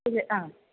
ആ